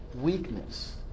weakness